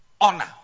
honor